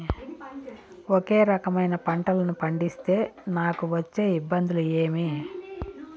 ఒకే రకమైన పంటలని పండిస్తే నాకు వచ్చే ఇబ్బందులు ఏమి?